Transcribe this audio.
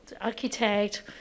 architect